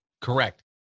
Correct